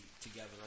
together